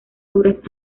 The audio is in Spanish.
obras